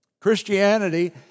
Christianity